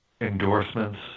endorsements